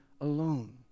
alone